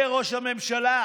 אומר ראש הממשלה: